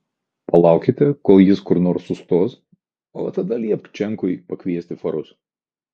palaukite kol jis kur nors sustos o tada liepk čenkui pakviesti farus